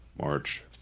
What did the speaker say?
March